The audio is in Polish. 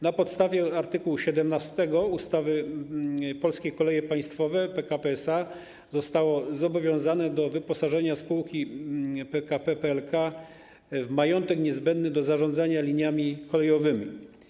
Na podstawie art. 17 ustawy Polskie Koleje Państwowe PKP SA zostały zobowiązane do wyposażenia spółki PKP PLK w majątek niezbędny do zarządzania liniami kolejowymi.